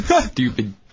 stupid